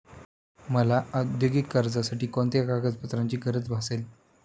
मला औद्योगिक कर्जासाठी कोणत्या कागदपत्रांची गरज भासेल?